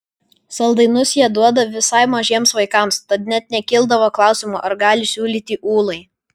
saldainius jie duoda visai mažiems vaikams tad net nekildavo klausimo ar gali siūlyti ūlai